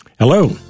Hello